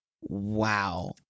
wow